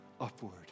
upward